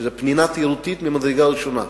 שזו פנינה תיירותית ממדרגה ראשונה,